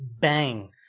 bang